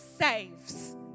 saves